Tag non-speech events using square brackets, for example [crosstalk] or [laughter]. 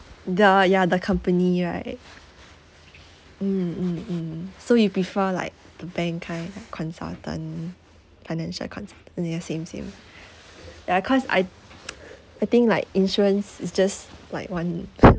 the ya the company right mm mm mm so you prefer like the bank kind of consultant financial consultant ya same same ya cause I [noise] I think like insurance it's just like one [breath]